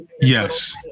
yes